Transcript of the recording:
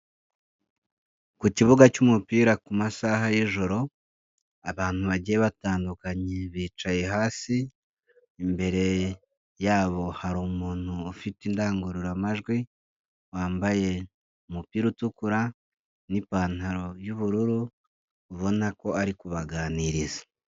Ku kibuga cy'umupira ku masaha y'ijoro abantu bagiye batandukanye bicaye hasi, imbere yabo hari umuntu ufite indangururamajwi wambaye umupira utukura n'ipantaro y'ubururu ubona ko ari kubaganiriza.